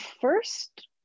first